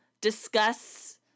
discuss